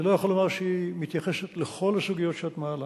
אני לא יכול לומר שהיא מתייחסת לכל הסוגיות שאת מעלה.